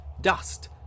dust